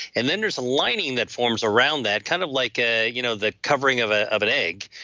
and then there's a lining that forms around that kind of like ah you know the covering of ah of an egg,